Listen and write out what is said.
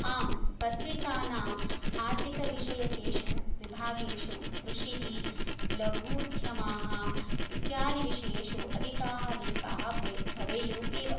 आम् पत्रिकानाम् आर्थिकविषयेषु विभागेषु कृषिः लघुद्यमाः इत्यादिविषयेषु अधिकाः लेखाः बय् भवेयुः एव